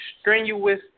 strenuous